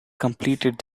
completed